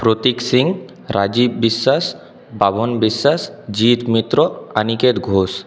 Pratik Singh Rajib Biswas Baban Biswas Jit Mitra Aniket Ghosh